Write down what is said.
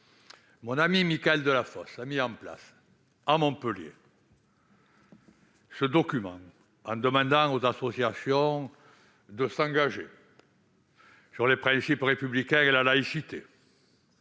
mon ami Michaël Delafosse a mis en oeuvre à Montpellier un document demandant aux associations de s'engager pour les principes républicains et la laïcité.